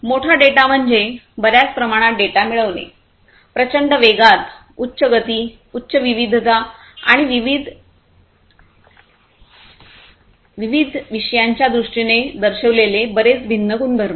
मोठा डेटा म्हणजे बर्याच प्रमाणात डेटा मिळवणे प्रचंड वेगात उच्च गती उच्च विविधता आणि विविध वि च्या दृष्टीने दर्शविलेले बरेच भिन्न गुणधर्म